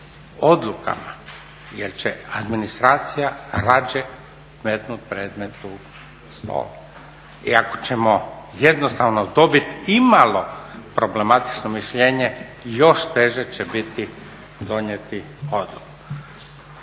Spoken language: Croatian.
odlukama jer će administracija radije metnuti predmet u stol. I ako ćemo jednostavno dobiti imalo problematično rješenje još teže će biti donijeti odluku.